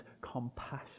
compassion